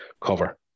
cover